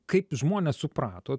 kaip žmonės suprato